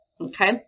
okay